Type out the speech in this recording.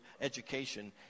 education